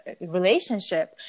relationship